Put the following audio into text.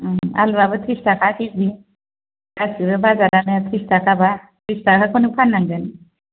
आलुआबो ट्रिस थाखा के जि गासिबो बाजारानो ट्रिस थाखाबा ट्रिस थाखाखौनो फान्नांगोन